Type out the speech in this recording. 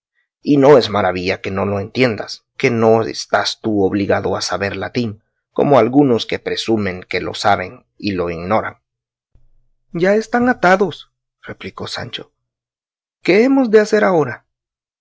y no es maravilla que no lo entiendas que no estás tú obligado a saber latín como algunos que presumen que lo saben y lo ignoran ya están atados replicó sancho qué hemos de hacer ahora